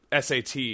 SAT